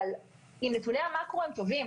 אבל אם נתוני המקרו הם טובים